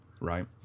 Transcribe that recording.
right